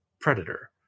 predator